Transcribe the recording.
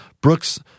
Brooks